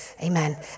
Amen